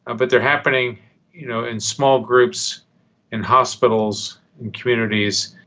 ah but they are happening you know in small groups in hospitals, in communities,